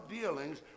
dealings